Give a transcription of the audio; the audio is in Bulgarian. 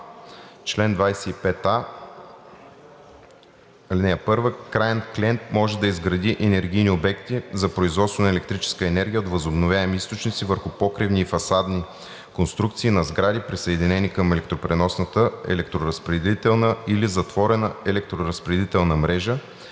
„Чл. 25а. (1) Краен клиент може да изгради енергийни обекти за производство на електрическа енергия от възобновяеми източници върху покривни и фасадни конструкции на сгради, присъединени към електропреносната, електроразпределителна или затворена електроразпределителна мрежа